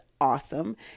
awesome